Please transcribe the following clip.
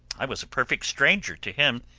i was a perfect stranger to him,